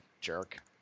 jerk